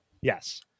Yes